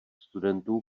studentů